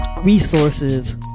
Resources